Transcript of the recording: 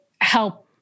help